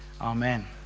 Amen